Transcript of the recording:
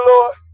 Lord